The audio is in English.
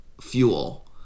fuel